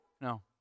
No